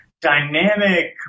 dynamic